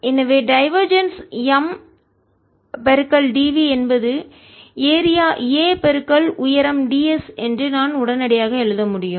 எனவே divergence M dv என்பது area a உயரம் ds என்று நான் உடனடியாக எழுத முடியும்